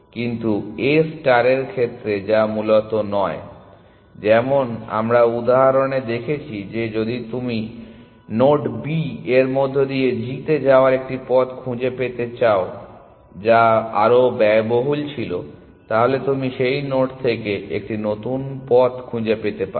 কিন্তু A star এর ক্ষেত্রে যা মূলত নয় যেমন আমরা উদাহরণে দেখেছি যে তুমি যদি নোড B এর মধ্য দিয়ে g তে যাওয়ার একটি পথ খুঁজে পাও যা আরও ব্যয়বহুল পথ ছিল তাহলে তুমি সেই নোড থেকে একটি নতুন পথ খুঁজে পেতে পারো